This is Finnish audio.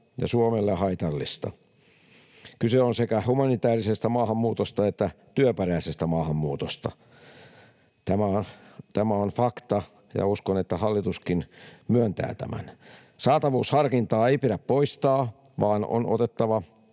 ja Suomelle haitallista. Kyse on sekä humanitäärisestä maahanmuutosta että työperäisestä maahanmuutosta. Tämä on fakta, ja uskon, että hallituskin myöntää tämän. Saatavuusharkintaa ei pidä poistaa, vaan on otettava